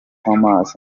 thomas